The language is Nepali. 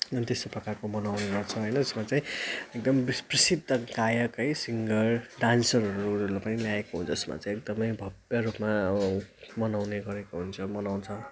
अनि त्यस्तो प्रकारको मनाउने गर्छ होइन जसमा चाहिँ एकदम प्रसिद्ध गायक है सिङ्गर डान्सरहरू पनि ल्याएको हुन्छ जसमा चाहिँ एकदमै भव्य रूपमा मनाउने गरेको हुन्छ मनाउँछ